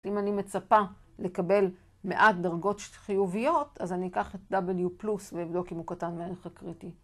אם אני מצפה לקבל מעט דרגות חיוביות אז אני אקח את w-plus ואבדוק אם הוא קטן בערך הקריטי